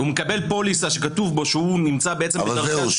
הוא מקבל פוליסה שכתוב בה שהוא נמצא --- זהו,